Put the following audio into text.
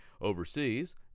Overseas